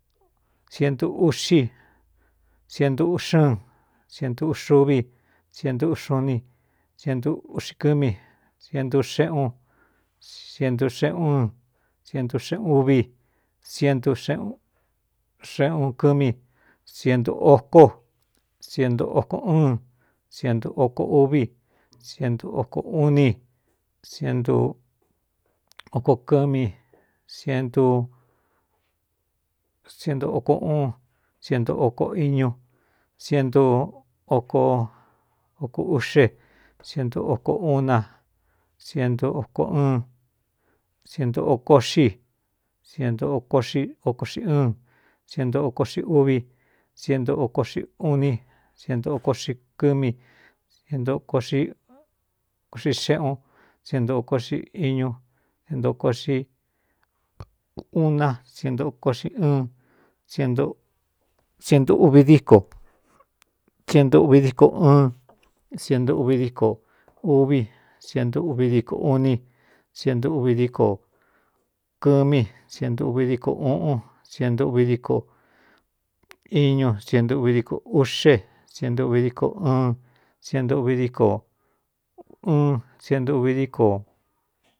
Sientu uꞌxi sienduuxí ɨɨn sientduuxuvi sientuuxu ni sienu uꞌxi kɨ́mi siendu xeꞌun sientu xeꞌúun sientu xeꞌun uvi ientu xꞌxeꞌun kɨ́mi sientu ócó sientu oko ɨn sientu oko uvi sientu oko uni sientu okoo kɨ́mi ientusientu oko uun sientu oko iñu sientu oko okouꞌxe sientu oko u na nɨnsientu oko xí siento ꞌxoko ꞌxi ɨn sientu okoꞌxi úví sientu okoꞌxi uni siento o koꞌxi kɨ́mi ientukoꞌxikoꞌxi xeꞌun sientu o koꞌxi iñu sento koꞌxi uuna sientu koꞌxi ɨnientuuvi díkoientuuvi díko ɨɨn sientuuvi díko uvi sientu uvi díko uni sientuuvi díko kɨ́mi sientu ūvi díko uꞌun sientu uvi díko iñu sientu uvi díko uꞌxe sientu uvi díko ɨɨn sientuvi díko ɨɨn sientuuvi díko.